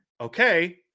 Okay